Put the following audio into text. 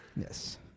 Yes